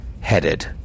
Headed